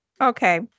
Okay